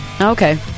Okay